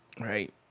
Right